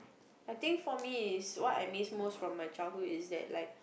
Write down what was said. I think for me is what I miss most from my childhood is that like